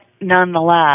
nonetheless